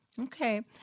Okay